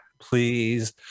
please